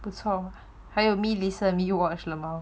不错还有 me listen me watch lmao